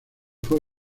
fue